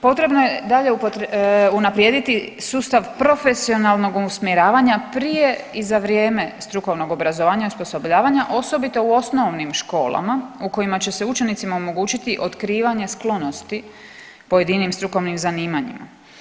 Potrebno je dalje unaprijediti sustav profesionalnog usmjeravanja prije i za vrijeme strukovnog obrazovanja i osposobljavanja osobito u osnovnim školama u kojima će se učenicima omogućiti otkrivanje sklonosti pojedinim strukovnim zanimanjima.